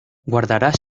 guardarás